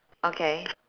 okay